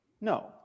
No